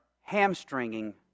hamstringing